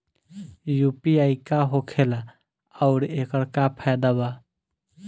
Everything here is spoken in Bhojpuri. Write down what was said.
यू.पी.आई का होखेला आउर एकर का फायदा बा?